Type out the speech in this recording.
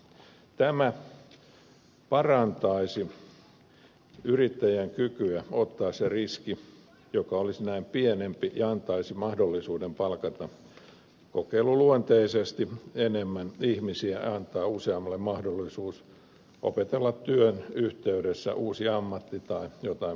tämä parantaisi yrittäjän kykyä ottaa se riski joka olisi näin pienempi mikä antaisi mahdollisuuden palkata kokeiluluonteisesti enemmän ihmisiä ja antaisi useammalle mahdollisuuden opetella työn yhteydessä uuden ammatin tai jotain muuta vastaavaa